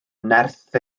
nerth